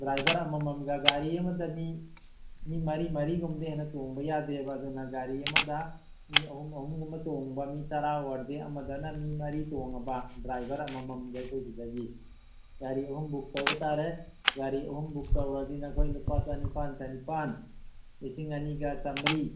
driver ꯑꯃꯃꯝꯒ ꯒꯥꯔꯤ ꯑꯃꯗ ꯃꯤ ꯃꯤ ꯃꯔꯤ ꯃꯔꯤꯒꯨꯝꯕꯗꯒꯤ ꯍꯦꯟꯅ ꯇꯣꯡꯕ ꯌꯥꯗꯦꯕ ꯑꯗꯨꯅ ꯒꯥꯔꯤ ꯑꯃꯗ ꯃꯤ ꯑꯍꯨꯝ ꯑꯍꯨꯝꯒꯨꯝꯕ ꯇꯣꯡꯕ ꯃꯤ ꯇꯔꯥ ꯑꯣꯏꯔꯗꯤ ꯑꯃꯗꯅ ꯃꯤ ꯃꯔꯤ ꯇꯣꯡꯉꯕ ꯗ꯭ꯔꯥꯏꯕꯔ ꯑꯃꯃꯝꯒ ꯑꯩꯈꯣꯏ ꯁꯤꯗꯒꯤ ꯒꯥꯔꯤ ꯑꯍꯨꯝ ꯕꯨꯛ ꯇꯧꯕ ꯇꯥꯔꯦ ꯒꯥꯔꯤ ꯑꯍꯨꯝ ꯕꯨꯛ ꯇꯧꯔꯗꯤ ꯅꯈꯣꯏ ꯂꯨꯄꯥ ꯆꯅꯤꯄꯥꯜ ꯆꯅꯤꯄꯥꯜ ꯂꯤꯁꯤꯡ ꯑꯅꯤꯒ ꯆꯥꯝꯃꯔꯤ